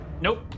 Nope